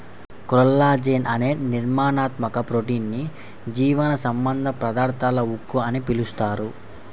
collagen అనే నిర్మాణాత్మక protein ని జీవసంబంధ పదార్థాల ఉక్కు అని పిలుస్తారు